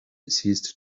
ceased